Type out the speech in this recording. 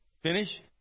Finish